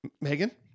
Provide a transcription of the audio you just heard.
Megan